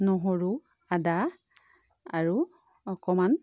নহৰু আদা আৰু অকণমান